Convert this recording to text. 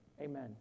amen